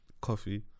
coffee